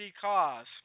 cause